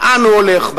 לאן הוא הולך,